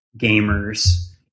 gamers